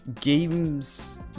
games